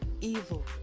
evil